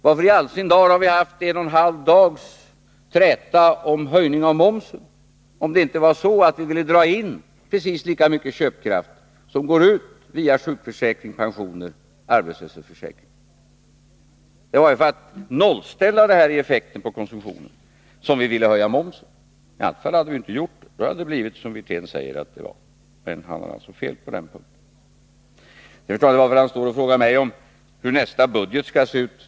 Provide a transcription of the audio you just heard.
Varför i all sin dag har vi haft en och en halv dags träta om höjning av momsen, om det inte varit så att vi ville dra in precis lika mycket köpkraft som den som går ut via sjukförsäkring, pensioner och arbetslöshetsförsäkring? Det var ju för att nollställa effekten på konsumtionen som vi ville höja momsen. I annat fall hade vi inte gjort det. Då hade det blivit som Rolf Wirtén sade, men han har alltså fel på den här punkten. Rolf Wirtén frågar mig också om hur nästa budget skall se ut.